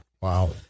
wow